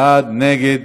בעד, נגד.